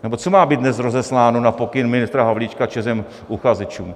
Nebo co má být dnes rozesláno na pokyn ministra Havlíčka ČEZem uchazečům?